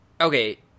okay